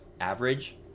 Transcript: average